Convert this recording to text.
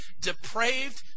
depraved